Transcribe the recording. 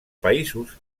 països